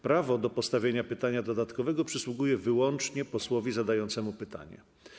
Prawo do postawienia pytania dodatkowego przysługuje wyłącznie posłowi zadającemu pytanie.